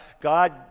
God